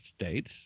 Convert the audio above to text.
states